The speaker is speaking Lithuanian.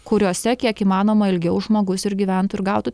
kuriuose kiek įmanoma ilgiau žmogus ir gyventų ir gautų